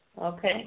Okay